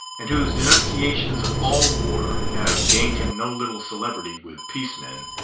and whose denunciations of all war, have gained him no little celebrity with peace men,